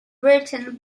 written